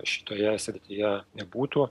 šitoje srityje nebūtų